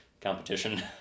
competition